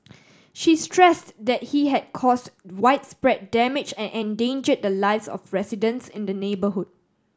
she stressed that he had caused widespread damage and endanger the lives of residents in the neighbourhood